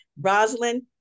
Rosalind